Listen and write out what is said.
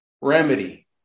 remedy